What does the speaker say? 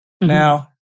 Now